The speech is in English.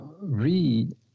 read